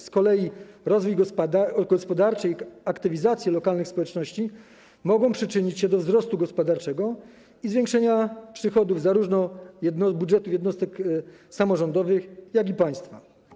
Z kolei rozwój gospodarczy i aktywizacja lokalnych społeczności mogą przyczynić się do wzrostu gospodarczego i zwiększenia przychodów do budżetu zarówno jednostek samorządowych, jak i państwa.